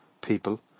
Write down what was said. people